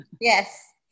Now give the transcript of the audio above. Yes